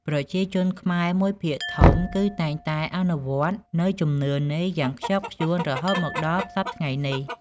ប្រជាជនខ្មែរមួយភាគធំ គឺតែងតែអនុវត្តន៍នៅជំនឿនេះយ៉ាងខ្ជាប់ខ្ជួនរហូតមកដល់សព្វថ្ងៃនេះ។